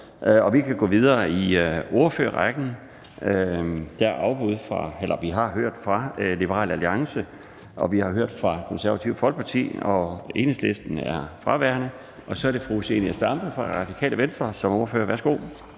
Vi kan gå videre i ordførerrækken. Vi har hørt fra Liberal Alliance, og vi har hørt fra Det Konservative Folkeparti, og Enhedslisten er fraværende. Så er det fru Zenia Stampe fra Radikale Venstre som ordfører. Værsgo.